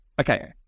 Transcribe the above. Okay